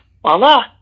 voila